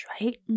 right